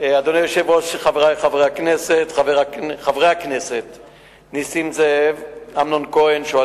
ביום כ"ח באייר התש"ע (12 במאי 2010): פורסם כי החוקרים